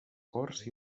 cors